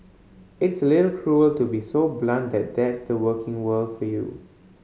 it's a little cruel to be so blunt that that's the working world for you